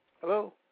Hello